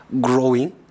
growing